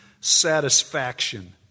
satisfaction